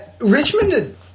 Richmond